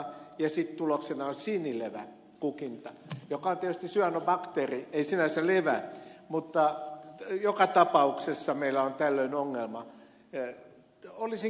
ja sitten tuloksena on sinileväkukinta se on tietysti syanobakteeri ei sinänsä levä mutta joka tapauksessa meillä on tällöin ongelma